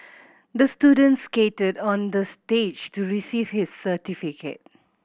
the student skated on the stage to receive his certificate